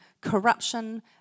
corruption